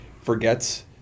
forgets